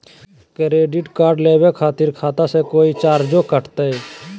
Credit card लेवे में खाता से कोई चार्जो कटतई?